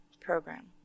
program